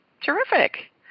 Terrific